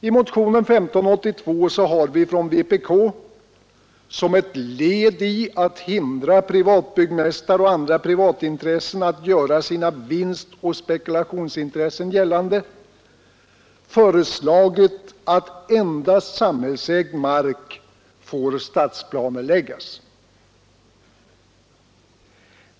I motionen 1582 har vi från vpk — som ett led i att hindra privatbyggmästare och andra privatintressen att göra sina vinstoch spekulationsintressen gällande — föreslagit att endast samhällsägd mark får stadsplaneläggas.